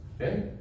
Okay